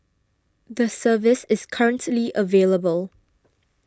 the service is currently available